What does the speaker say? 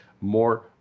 more